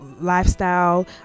lifestyle